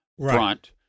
front